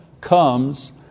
comes